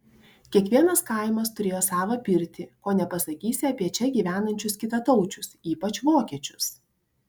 kiekvienas kaimas turėjo savą pirtį ko nepasakysi apie čia gyvenančius kitataučius ypač vokiečius